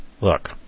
Look